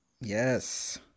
Yes